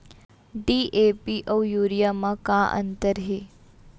DAP अऊ urea म का अंतर हे?